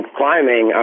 climbing